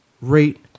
rate